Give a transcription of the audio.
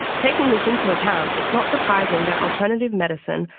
taking this into account, it's not surprising that alternative medicine,